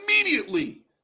immediately